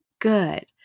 Good